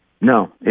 No